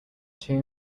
two